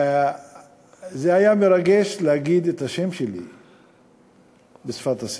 זה היה מרגש להגיד את השם שלי בשפת הסימנים.